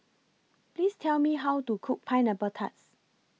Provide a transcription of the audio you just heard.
Please Tell Me How to Cook Pineapple Tarts